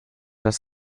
das